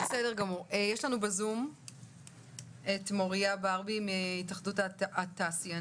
שלום, תודה על ההזדמנות לדבר.